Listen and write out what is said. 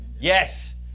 Yes